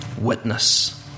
witness